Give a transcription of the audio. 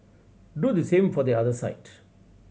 do the same for the other side